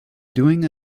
doing